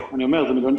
לנו.